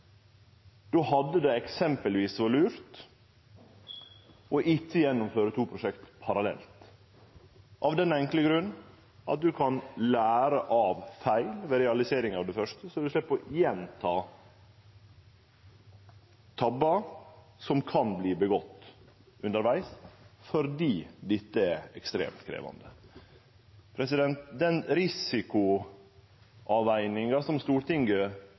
Då hadde det eksempelvis vore lurt å ikkje gjennomføre to prosjekt parallelt, av den enkle grunnen at ein kan lære av feil ved realiseringa av det første, slik at ein slepp å gjenta tabbar som kan verte gjorde undervegs, fordi dette er ekstremt krevjande. Den risikoavveginga som Stortinget